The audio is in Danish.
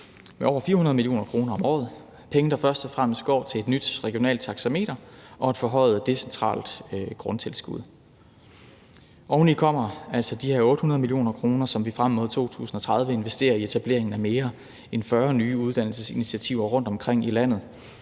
med over 400 mio. kr. om året – penge, der først og fremmest går til et nyt regionalt taxameter og et forhøjet decentralt grundtilskud. Oveni kommer de her 800 mio. kr., som vi frem mod 2030 investerer i etableringen af mere end 40 nye uddannelsesinitiativer rundtomkring i landet.